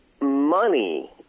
money